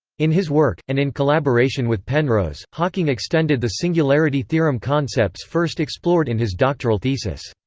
in his work, and in collaboration with penrose, hawking extended the singularity theorem concepts first explored in his doctoral thesis.